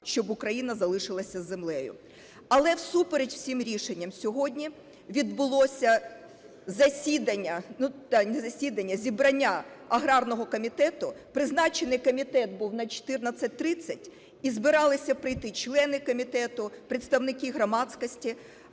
щоб Україна залишилася із землею. Але всупереч усім рішенням, сьогодні відбулося засідання, не засідання – зібрання аграрного комітету. Призначений комітет був на 14:30, і збиралися прийти члени комітету, представники громадськості,